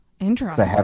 Interesting